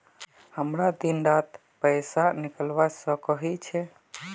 हमरा दिन डात पैसा निकलवा सकोही छै?